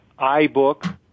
iBook